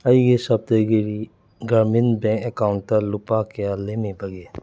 ꯑꯩꯒꯤ ꯁꯞꯇꯒꯤꯔꯤ Gramin bank account ꯂꯨꯄꯥ ꯀꯌꯥ ꯂꯦꯝꯃꯤꯕꯒꯦ